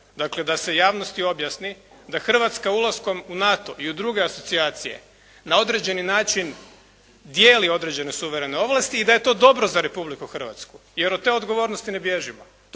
dakle da se javnosti objasni da Hrvatska ulaskom u NATO i u druge asocijacije na određeni način dijeli određene suverene ovlasti i da je to dobro za Republiku Hrvatsku jer od te odgovornosti ne bježimo.